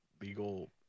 legal